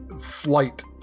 Flight